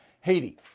Haiti